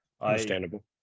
Understandable